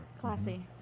Classy